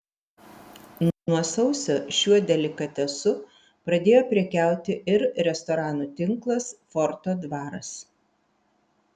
nuo sausio šiuo delikatesu pradėjo prekiauti ir restoranų tinklas forto dvaras